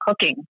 cooking